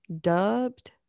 dubbed